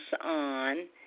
on